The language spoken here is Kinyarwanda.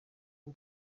rwo